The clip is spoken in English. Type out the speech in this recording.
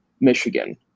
Michigan